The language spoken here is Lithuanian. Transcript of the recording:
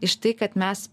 iš tai kad mes